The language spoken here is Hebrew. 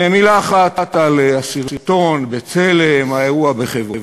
ומילה אחת על סרטון "בצלם", האירוע בחברון.